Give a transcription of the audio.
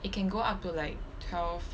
it can go up to like twelve